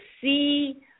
see –